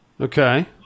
Okay